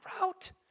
route